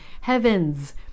Heavens